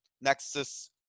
nexus